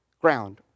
ground